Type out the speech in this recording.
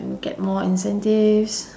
get more incentives